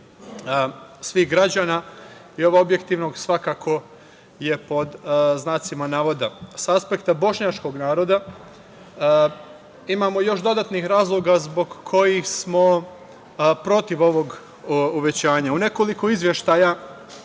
svih građana i ovo – objektivnog – svakako je pod znacima navoda. Sa aspekta bošnjačkog naroda imamo još dodatnih razloga zbog kojih smo protiv ovog uvećanja.U nekoliko izveštaja